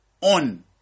on